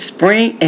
Spring